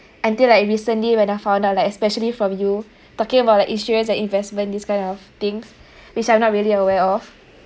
until like recently when I found out like especially from you talking about like insurance and investment these kind of things which I'm not really aware of